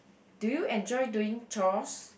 do you enjoy doing chores